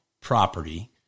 property